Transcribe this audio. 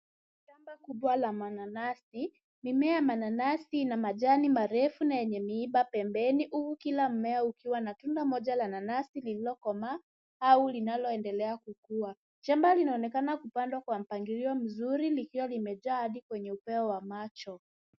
Shamba kubwa la mananasi; mimea ya mananasi ina majani marefu na yenye miiba pembeni huku kila mmea ukiwa na tunda moja la nanasi lililokomaa au linaloendelea kukua. Shamba linaonekana kupandwa kwa mpangilio mzuri likiwa limejaa hadi kwenye upeo wa macho.